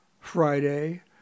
Friday